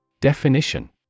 Definition